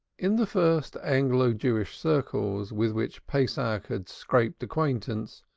in the first anglo-jewish circles with which pesach had scraped acquaintance,